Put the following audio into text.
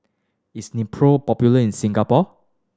is Nepro popular in Singapore